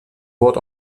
wort